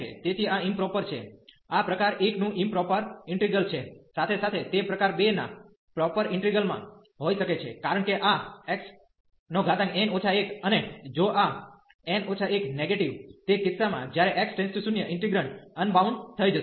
તેથી આ ઈમપ્રોપર છે આ પ્રકાર 1 નું ઈમપ્રોપર ઈન્ટિગ્રલ છે સાથે સાથે તે પ્રકાર 2 ના પ્રોપર ઈન્ટિગ્રલ માં હોઈ શકે છે કારણ કે આ xn 1 અને જો આ n 1 નેગેટીવ તે કિસ્સામાં જ્યારે x → 0 ઇન્ટિગ્રેંડ અનબાઉન્ડ થઈ જશે